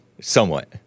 somewhat